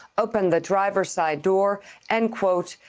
opened the driver's side door and, quote,